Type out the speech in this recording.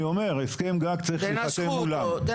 אני אומר, הסכם הגג צריך להיחתם מולם.